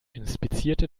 inspizierte